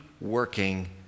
working